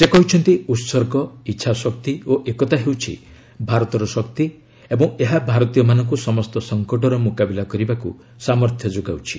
ସେ କହିଛନ୍ତି ଉସର୍ଗ ଇଚ୍ଛାଶକ୍ତି ଓ ଏକତା ହେଉଛି ଭାରତର ଶକ୍ତି ଏବଂ ଏହା ଭାରତୀୟମାନଙ୍କୁ ସମସ୍ତ ସଂକଟର ମୁକାବିଲା କରିବାକୁ ସାମର୍ଥ୍ୟ ଯୋଗାଉଛି